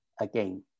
again